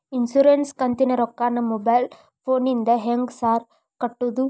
Insurance ಕಂತಿನ ರೊಕ್ಕನಾ mobile ಫೋನಿಂದ ಹೆಂಗ್ ಸಾರ್ ಕಟ್ಟದು?